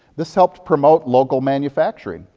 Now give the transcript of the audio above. this helped promote local manufacturing,